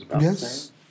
Yes